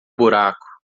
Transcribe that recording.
buraco